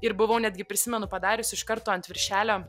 ir buvau netgi prisimenu padarius iš karto ant viršelio